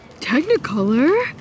Technicolor